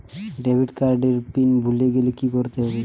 Debit card এর PIN ভুলে গেলে কি করতে হবে?